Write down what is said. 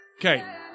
Okay